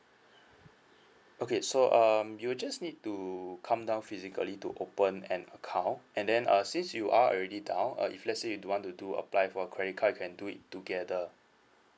okay so um you'll just need to come down physically to open an account and then uh since you are already down uh if let's say you do want to do apply for a credit card you can do it together